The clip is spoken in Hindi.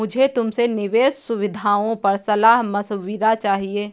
मुझे तुमसे निवेश सुविधाओं पर सलाह मशविरा चाहिए